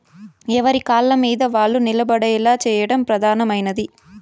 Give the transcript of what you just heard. ఎవరి కాళ్ళమీద వాళ్ళు నిలబడేలా చేయడం ప్రధానమైనది